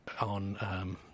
on